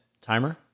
timer